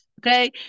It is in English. Okay